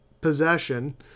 possession